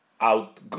out